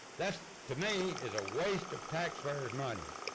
that, to me, is a waste of taxpayer's money.